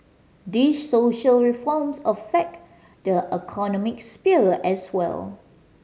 these social reforms affect the economic sphere as well